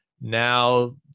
Now